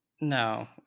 no